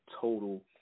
total